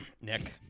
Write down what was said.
Nick